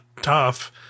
tough